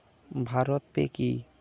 Bharat pay কি?